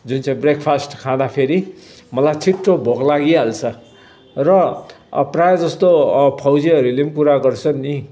जुन चाहिँ breakfast खाँदा फेरि मलाई छिटो भोक लागिहाल्छ र प्रायः जस्तो फौजीहरूले कुरा गर्छन् नि